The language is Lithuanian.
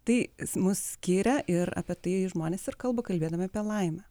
tai mus skiria ir apie tai žmonės ir kalba kalbėdami apie laimę